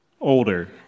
Older